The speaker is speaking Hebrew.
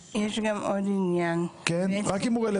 כי אין מקום, בית חולים לא יודע